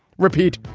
repeat,